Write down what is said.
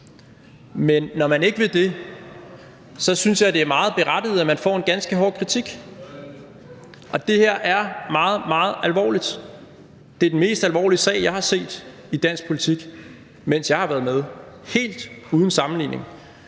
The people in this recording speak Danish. Men når man ikke vil det, så synes jeg, det er meget berettiget, at man får en ganske hård kritik, og det her er meget, meget alvorligt. Det er den mest alvorlige sag, jeg har set i dansk politik, mens jeg har været med, helt uden sammenligning.